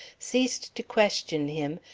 ceased to question him,